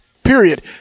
Period